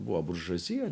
buvo buržuazija